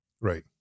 Right